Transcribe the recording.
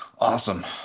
Awesome